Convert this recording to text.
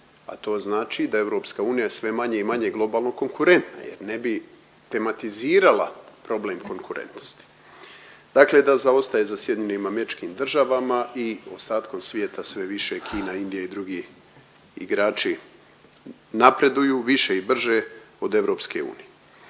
a to znači da je EU sve manje i manje globalno konkurentna jer ne bi tematizirala problem konkurentnosti. Dakle da zaostaje za SAD-om i ostatkom svijeta sve više i Kina, Indija i drugi igrači napreduju više i brže od EU. Dakle